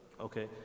okay